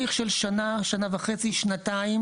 ככל שזה נוגע לשטח ולא לבית משותף,